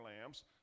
lamps